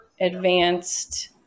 advanced